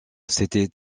s’était